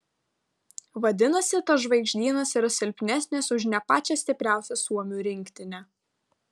vadinasi tas žvaigždynas yra silpnesnis už ne pačią stipriausią suomių rinktinę